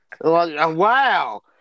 wow